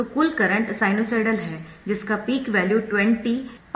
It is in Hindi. तो कुल करंट साइनसोइडल है जिसका पीक वैल्यू 20𝜋 mA है